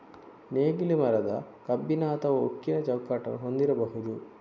ನೇಗಿಲು ಮರದ, ಕಬ್ಬಿಣ ಅಥವಾ ಉಕ್ಕಿನ ಚೌಕಟ್ಟನ್ನು ಹೊಂದಿರಬಹುದು